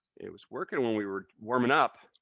it was working when we were warming up.